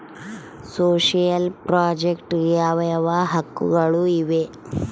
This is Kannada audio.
ಸೋಶಿಯಲ್ ಪ್ರಾಜೆಕ್ಟ್ ಯಾವ ಯಾವ ಹಕ್ಕುಗಳು ಇವೆ?